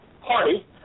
party